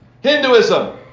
Hinduism